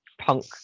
Punk